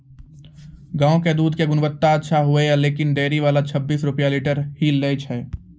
गांव के दूध के गुणवत्ता अच्छा होय या लेकिन डेयरी वाला छब्बीस रुपिया लीटर ही लेय छै?